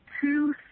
two